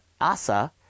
Asa